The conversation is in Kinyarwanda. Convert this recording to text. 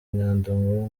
nyandungu